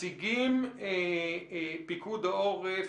מציג פיקוד העורף,